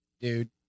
Dude